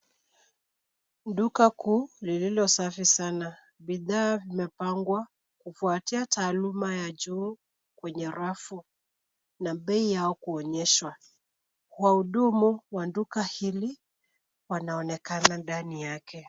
Duka kuu lililo safi sana. Bidhaa vimepangwa kufuatia taaluma ya juu kwenye rafu na bei yao kuonyeshwa. Wahudumu wa duka hili wanaonekana ndani yake.